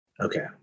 okay